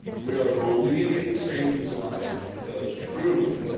we are believing satan's lies, because truly